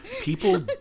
People